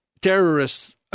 terrorists